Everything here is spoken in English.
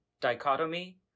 dichotomy